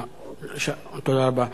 תודה רבה.